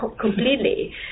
completely